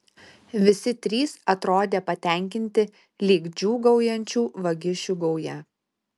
visi trys atrodė patenkinti lyg džiūgaujančių vagišių gauja